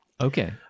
Okay